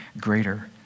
greater